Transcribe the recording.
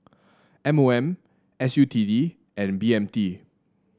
M O M S U T D and B M T